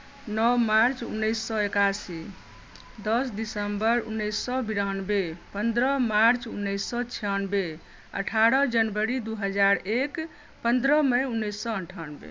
नओ मार्च उन्नैस सए एकासी दस दिसम्बर उन्नैस सए बिरानबे पन्द्रह मार्च उन्नैस सए छियानबे अठारह जनवरी दू हजार एक पन्द्रह मई उन्नैस सए अन्ठानबे